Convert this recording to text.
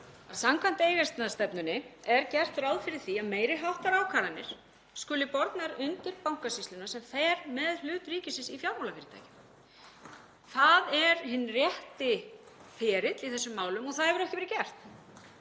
að samkvæmt eigendastefnunni er gert ráð fyrir því að meiri háttar ákvarðanir skuli bornar undir Bankasýsluna sem fer með hlut ríkisins í fjármálafyrirtækjum. Það er hinn rétti ferill í þessum málum og það hefur ekki verið gert.